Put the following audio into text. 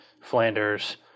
Flanders